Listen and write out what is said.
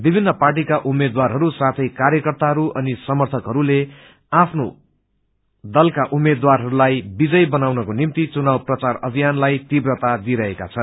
विभिन्न पार्टीका उम्मेद्वारहरू साथै कार्यकर्ता अनि समर्थकहरूले आ आफ्नो दलका उम्मेद्वारलाई विजयी बनाउनको निम्ति चुनाव प्रचार अभियानलाई तीव्रता दिइरहेका छन्